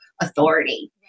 authority